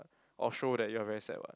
or show that you are very sad [what]